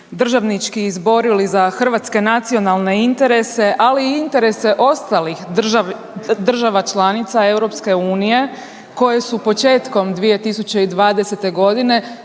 državnički izborili za hrvatske nacionalne interese, ali i interese ostalih država članica EU, koje su početkom 2020. g.